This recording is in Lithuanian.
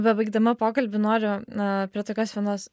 bebaigdama pokalbį noriu prie tokios vienos